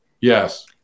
Yes